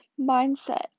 mindset